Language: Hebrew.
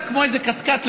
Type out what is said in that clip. כמו איזה קטקט,